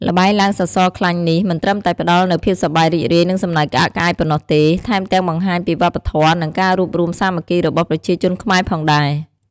ល្បែងឡើងសសរខ្លាញ់នេះមិនត្រឹមតែផ្ដល់នូវភាពសប្បាយរីករាយ និងសំណើចក្អាកក្អាយប៉ុណ្ណោះទេ ថែមទាំងបង្ហាញពីវប្បធម៌ និងការរួបរួមសាមគ្គីរបស់ប្រជាជនខ្មែរផងដែរ។